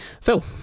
Phil